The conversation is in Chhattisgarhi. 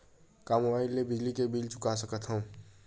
का मुबाइल ले बिजली के बिल चुका सकथव?